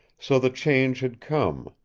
so the change had come,